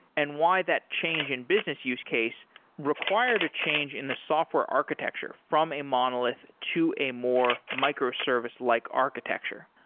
and why that change in business use case required a change in the software architecture from a monolith to a more micro service-like architecture.